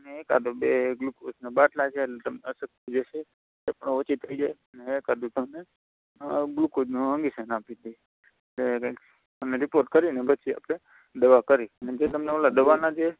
અને એકાદા બે ગ્લુકોઝના બાટલા તમને અશક્તિ જે છે એ પણ ઓછી થઈ જાય અને એકાદું તમને ગ્લુકોઝનું ઇન્જૅક્શન આપી દઈએ અને રિપોર્ટ કરીને પછી આપણે દવા કરી જે તમને પેલા દવાનાં જે